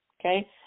Okay